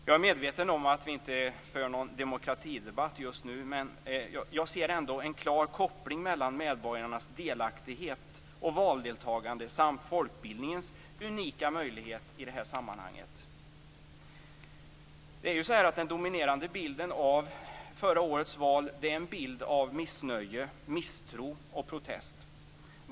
Jag är medveten om att vi inte för någon demokratidebatt just nu, men jag ser ändå en klar koppling mellan medborgarnas delaktighet och valdeltagande samt folkbildningens unika möjlighet i det här sammanhanget. Den dominerande bilden av förra årets val är en bild av missnöje, misstro och protest.